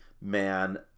man